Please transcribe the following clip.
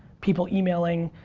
people emailing,